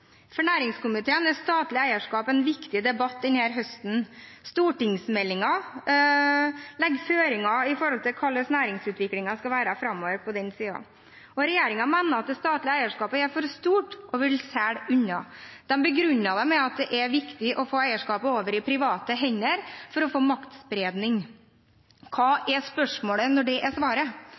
For næringskomiteen er statlig eierskap en viktig debatt denne høsten. Stortingsmeldingen legger føringer for hvordan næringsutviklingen skal være framover på den siden. Regjeringen mener at det statlige eierskapet er for stort og vil selge unna. De begrunner det med at det er viktig å få eierskapet over på private hender for å få maktspredning. Hva er spørsmålet når det er svaret?